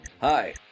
Hi